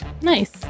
Nice